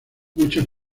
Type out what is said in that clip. muchas